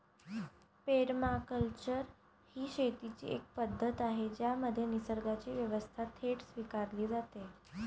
permaculture ही शेतीची एक पद्धत आहे ज्यामध्ये निसर्गाची व्यवस्था थेट स्वीकारली जाते